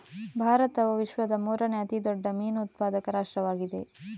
ಭಾರತವು ವಿಶ್ವದ ಮೂರನೇ ಅತಿ ದೊಡ್ಡ ಮೀನು ಉತ್ಪಾದಕ ರಾಷ್ಟ್ರವಾಗಿದೆ